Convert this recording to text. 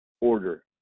order